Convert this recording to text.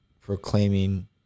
proclaiming